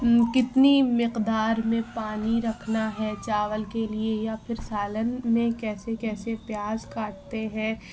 کتنی مقدار میں پانی رکھنا ہے چاول کے لیے یا پھر سالن میں کیسے کیسے پیاز کاٹتے ہیں